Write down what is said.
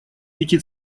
эти